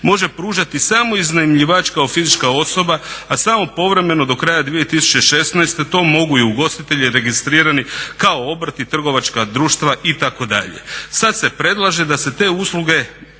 može pružati samo iznajmljivač kao fizička osoba a samo povremeno do kraja 2016. to mogu i ugostitelji registrirani kao obrt i trgovačka društva itd.. Sada se predlaže da se te usluge